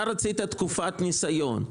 אתה רצית תקופת ניסיון.